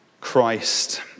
Christ